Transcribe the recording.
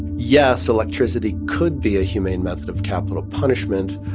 yes, electricity could be a humane method of capital punishment,